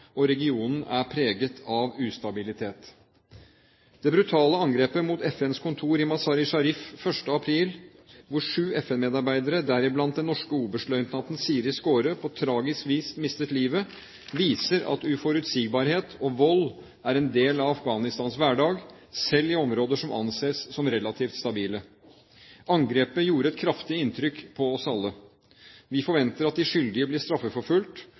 og regionen er preget av ustabilitet. Det brutale angrepet mot FNs kontor i Mazar-e Sharif 1. april, hvor sju FN-medarbeidere, deriblant den norske oberstløytnanten Siri Skare, på tragisk vis mistet livet, viser at uforutsigbarhet og vold er en del av Afghanistans hverdag, selv i områder som anses som relativt stabile. Angrepet gjorde et kraftig inntrykk på oss alle. Vi forventer at de skyldige blir